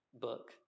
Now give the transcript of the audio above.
book